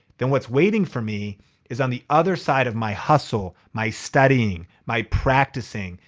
then what's waiting for me is on the other side of my hustle, my studying, my practicing,